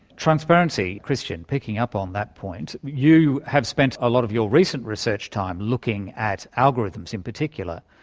transparency, christian, picking up on that point, you have spent a lot of your recent research time looking at algorithms in particular.